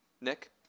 Nick